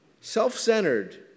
Self-centered